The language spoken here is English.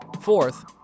Fourth